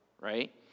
Right